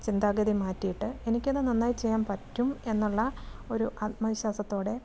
ചിന്താഗതി മാറ്റിയിട്ട് എനിക്കത് നന്നായി ചെയ്യാൻ പറ്റും എന്നുള്ള ഒരു ആത്മ വിശ്വാസത്തോടെ